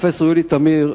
פרופסור יולי תמיר,